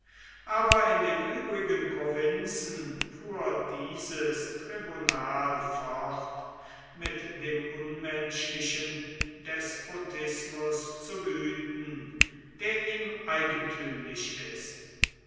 aber in den übrigen provinzen fuhr dieses tribunal fort mit dem unmenschlichen despotismus zu wüthen der ihm eigentümlich ist